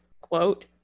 quote